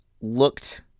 looked